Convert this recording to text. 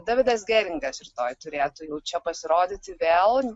davidas geringas rytoj turėtų jau čia pasirodyti vėl